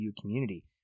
community